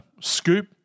scoop